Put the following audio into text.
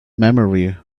memory